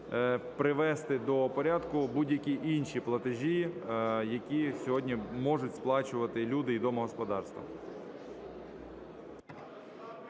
привести до порядку будь-які інші платежі, які сьогодні можуть сплачувати люди і домогосподарства.